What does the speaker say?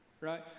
Right